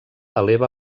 eleva